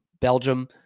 Belgium